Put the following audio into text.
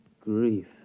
grief